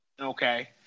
Okay